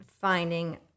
finding